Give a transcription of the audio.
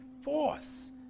force